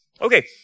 Okay